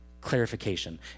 clarification